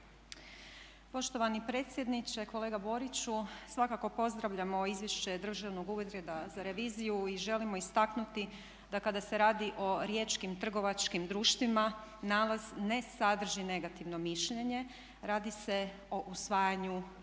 Poštovani predsjedniče, kolega Boriću. Svakako pozdravljamo Izvješće Državnog ureda za reviziju i želimo istaknuti, da kada se radi o riječkim trgovačkim društvima nalaz ne sadrži negativno mišljenje. Radi se o usvajanju